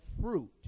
fruit